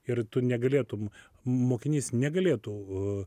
ir tu negalėtum mokinys negalėtų